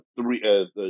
three